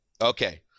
okay